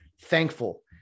thankful